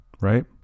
right